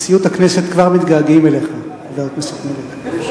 בנשיאות הכנסת כבר מתגעגעים אליך, חבר הכנסת מילר.